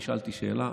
נשאלתי שאלה,